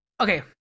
okay